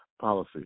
policy